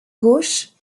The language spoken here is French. gauche